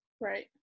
Right